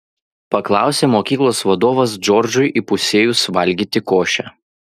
paklausė mokyklos vadovas džordžui įpusėjus valgyti košę